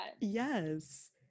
Yes